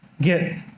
get